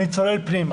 אני צולל פנימה